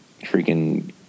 freaking